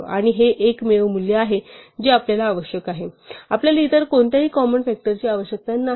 आणि हे एकमेव मूल्य आहे जे आपल्याला आवश्यक आहे आपल्याला इतर कोणत्याही कॉमन फ़ॅक्टरची आवश्यकता नाही